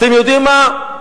אתם יודעים מה,